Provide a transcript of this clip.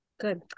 good